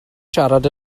siarad